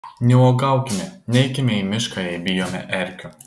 neuogaukime neikime į mišką jei bijome erkių